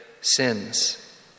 sins